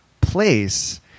place